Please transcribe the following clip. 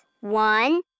one